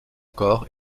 corps